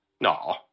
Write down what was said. No